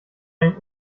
ein